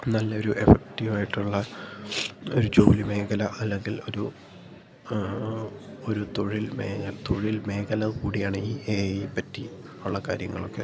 നല്ലൊരു എഫക്റ്റീവായിട്ടുള്ള ഒരു ജോലി മേഖല അല്ലെങ്കിൽ ഒരു ആ ഒരു തൊഴിൽ മേഖ തൊഴിൽ മേഖല കൂടിയാണ് ഈ എ ഐ പറ്റി ഉള്ള കാര്യങ്ങളൊക്കെ